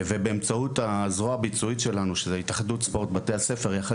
באמצעות הזרוע הביצועית שלנו התאחדות ספורט בתי הספר יחד